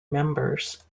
members